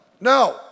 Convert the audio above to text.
No